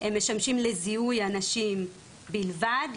הם משמשים לזיהוי אנשים בלבד,